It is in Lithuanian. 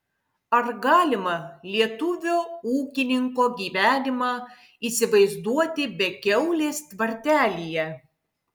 ar galima lietuvio ūkininko gyvenimą įsivaizduoti be kiaulės tvartelyje